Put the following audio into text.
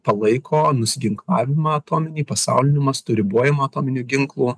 palaiko nusiginklavimą atominį pasauliniu mastu ribojamą atominių ginklų